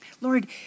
Lord